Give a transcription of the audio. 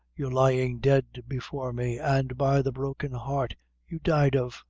you're lying dead before me, and by the broken heart you died of